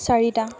চাৰিটা